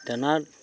দানাত